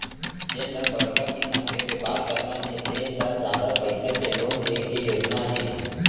जेन ल बड़का किसम के बेपार करना हे तेन ल जादा पइसा के लोन दे के योजना हे